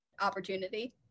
opportunity